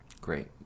Great